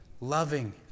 loving